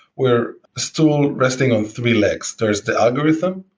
we're still resting on three legs. there's the algorithm,